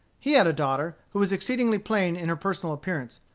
he had a daughter, who was exceedingly plain in her personal appearance,